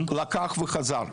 לקח וחזר.